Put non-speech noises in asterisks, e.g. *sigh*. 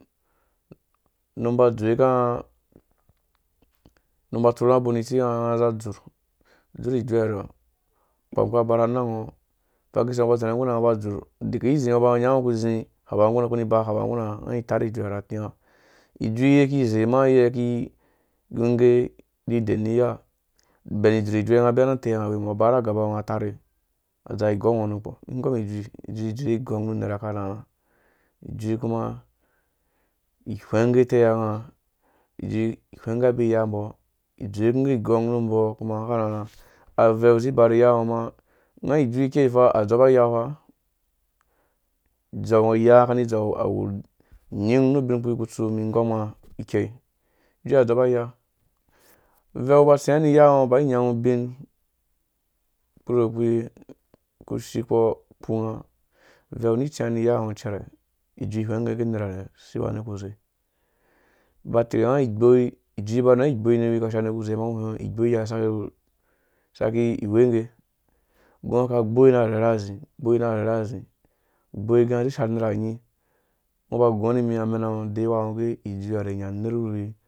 Num ba dzowuka nga *hesitation* num ba tsorhunga bo ni tsiya nga za dzur, dzur ijuee ha nɔ kpɔm ka ba ra nangɔ ivang kise ngɔ ba zerha ngguna nga nga ba dzur eke zi nga ba nya ngo ba zi haba ngu ra nga kuni ba haba nguranga ngai tarhe ijuee ha ro na tiya ijui ye kize ma yɛ ki wuge ki den bɛn idzurh ijuee nga ba nu tɛnga *unintelligible* aba na gaba ngɔ na mana tare adza gong ngo nu kpɔ mi ngom ijui, ijui adzowe igong nu nerha karkarha ijui kuma, ihwenge teiya nga ijui iwheng abi iyambɔ idzowuge igong nubo kuma akarharha aveu zi ba ni iyangɔ ma nga ijui kani idzerh awu unyin nu bin kpi kutsu mu ngɔm nga ikei. ijui adzɔba iya eveu ba tsiya ri iya ngɔ ba nyangu bin kpurukpi ku shikpɔ kuma vew ni tsiwa ri iya ngɔ cerhe ijui hwenge gɛ nerha nɛ siwa unerh kuze ba tirhunga igboi ijui ba nuwa igboi unerh wi ka shiya unerh kuze ngo hwengɔ gɛ igboi yia saka wu saki iwenge ngɔ gu ngɔ ka gboi na rhera gboi na rhera zi gboi ge nga zi sharh nerha unyi ngo ba gu ngo nimi amenango adeyiwa ngɔ ugɛ ijui ha nɛ nya unerh wurhuwi